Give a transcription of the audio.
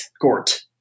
Gort